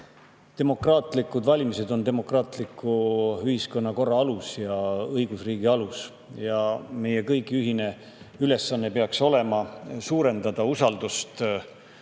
demokraatlikud valimised on demokraatliku ühiskonnakorra alus ja õigusriigi alus. Meie kõigi ühine ülesanne peaks olema suurendada usaldust